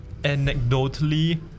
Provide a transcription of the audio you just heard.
anecdotally